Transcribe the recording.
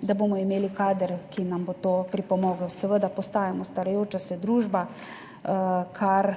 da bomo imeli kader, ki nam bo pripomogel. Postajamo starajoča se družba, kar